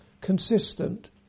consistent